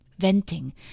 venting